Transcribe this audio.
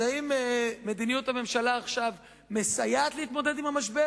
אז האם מדיניות הממשלה עכשיו מסייעת להתמודד עם המשבר?